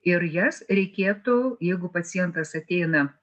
ir jas reikėtų jeigu pacientas ateina